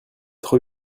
trop